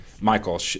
Michael